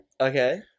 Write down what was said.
Okay